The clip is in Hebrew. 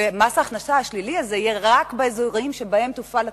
ומס ההכנסה השלילי הזה יהיה רק באזורים שבהם תופעל התוכנית.